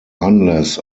unless